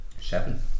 Seven